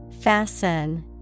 Fasten